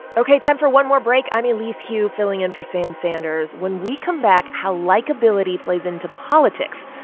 ok. time for one more break. i'm elise hu, filling in for sam sanders. when we come back, how likeability plays into politics,